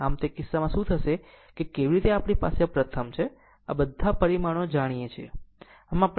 આમ તે કિસ્સામાં શું થશે કે પછી કેવી રીતે આપણી પાસે પ્રથમ છે આપણે આ બધા પરિમાણો જાણીએ છીએ